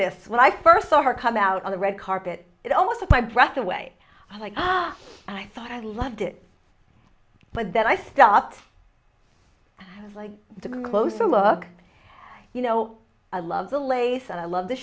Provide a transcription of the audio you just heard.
this when i first saw her come out on the red carpet it almost my breath away like i thought i loved it but then i stop like the closer look you know i love the lace and i love the